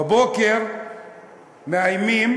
בבוקר מאיימים